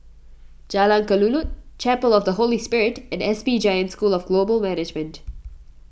Jalan Kelulut Chapel of the Holy Spirit and S P Jain School of Global Management